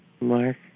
Mark